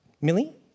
Millie